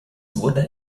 wurde